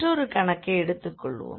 மற்றொரு கணக்கை எடுத்துக் கொள்வோம்